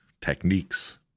techniques